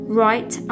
right